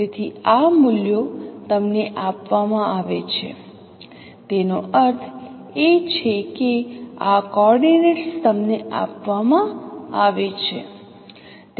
તેથી આ મૂલ્યો તમને આપવામાં આવે છે તેનો અર્થ એ છે કે આ કોઓર્ડિનેટ્સ તમને આપવામાં આવે છે